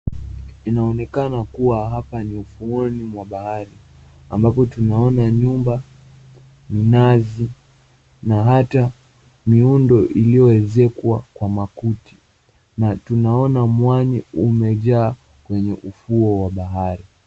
Inaonekana kuwa hapa ni ufuoni mwa bahari ambapo tunaona nyumba, minazi na hata miundo iliyoezekwa kwa makuti. Na tunaona mwanya umejaa kwenye ufuo wa bahari.